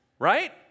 right